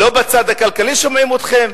לא בצד הכלכלי שומעים אתכם,